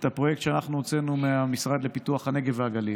את הפרויקט שאנחנו הוצאנו מהמשרד לפיתוח הנגב והגליל,